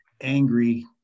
angry